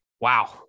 wow